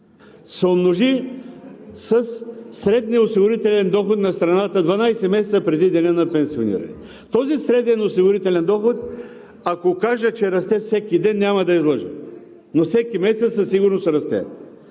умножи със средния осигурителен доход на страната 12 месеца преди деня на пенсиониране. Този среден осигурителен доход, ако кажа, че расте всеки ден, няма да излъжа, но всеки месец със сигурност расте.